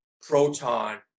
proton